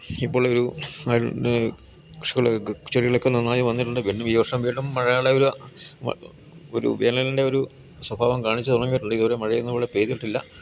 ഇപ്പോഴുള്ളൊരു കൃഷികൾ ചെടികളൊക്കെ നന്നായി വന്നിട്ടുണ്ട് പിന്നെ ഈ വർഷം വീണ്ടും മഴകൾ ഒരു ഒരു വേനലിൻ്റെ ഒരു സ്വഭാവം കാണിച്ചു തുടങ്ങിയിട്ടുണ്ട് ഇതുവരെ മഴയൊന്നും ഇവിടെ പെയ്തിട്ടില്ല